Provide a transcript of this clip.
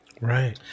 Right